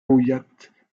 powiat